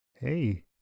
Hey